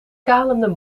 kalende